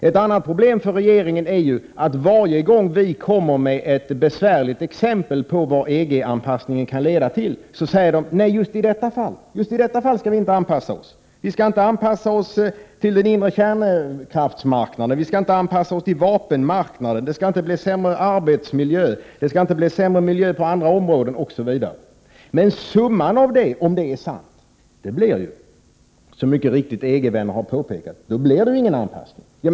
Ett annat problem för regeringen är ju att varje gång som vi i miljöpartiet visar ett besvärande exempel på vad EG-anpassningen kan leda till säger regeringen att just i detta fall skall Sverige inte anpassa sig. Vi skall alltså inte anpassa oss till den inre kärnkraftsmarknaden. Vi skall inte anpassa oss till vapenmarknaden. Det skall inte bli sämre arbetsmiljö eller sämre miljö på andra områden osv. Summan av dessa påståenden, om de är sanna, blir ju, vilket EG-vänner mycket riktigt har påpekat, att det inte sker någon anpassning alls.